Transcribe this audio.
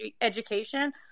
education